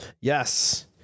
Yes